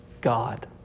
God